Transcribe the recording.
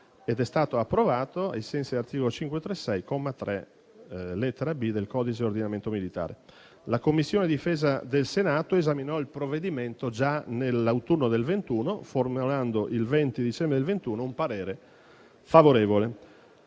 ed è stato approvato ai sensi dell'articolo 536, comma 3, lettera *b)* del codice dell'ordinamento militare. La Commissione difesa del Senato esaminò il provvedimento già nell'autunno del 2021, formulando, il 20 dicembre del 2021, un parere favorevole.